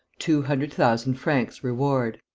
two hundred thousand francs reward!